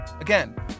Again